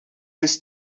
this